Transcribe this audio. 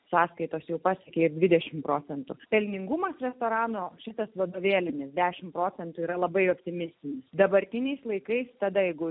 sąskaitos jau pasiekė dvidešim procentų pelningumas restorano šitas vadovėlinis dešim procentų yra labai optimistinis dabartiniais laikais tada jeigu